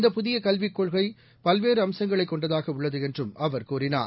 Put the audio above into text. இந்த புதியகல்விக் கொள்கைபல்வேறுஅம்சங்களைக் கொண்டதாகஉள்ளதுஎன்றும் அவர் கூறினார்